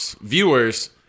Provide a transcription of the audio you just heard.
viewers